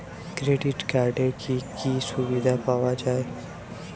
Credit কার্ডের কি কি সুবিধা পাওয়া যায়?